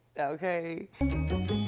Okay